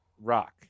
rock